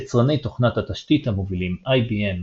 יצרני תוכנת התשתית המובילים יבמ,